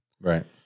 Right